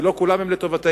כי לא כולן הן לטובתנו.